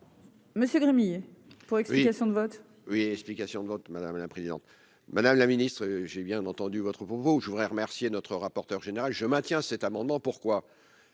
monsieur Rémy pour explication de vote. Oui, explications de vote, madame la présidente, madame la Ministre, j'ai bien entendu votre je voudrais remercier notre rapporteur général je maintiens cet amendement pourquoi